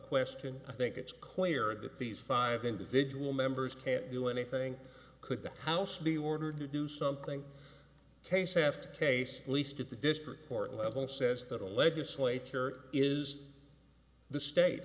question i think it's clear that these five individual members can't do anything could the house be ordered to do something case after case at least at the district court level says that the legislature is the state